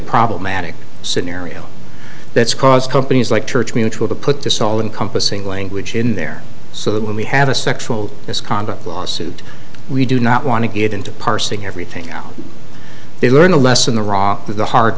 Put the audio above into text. problematic scenario that's caused companies like church mutual to put this all encompassing language in there so that when we have a sexual misconduct lawsuit we do not want to get into parsing everything out they learn a lesson the rock the hard